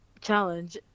challenge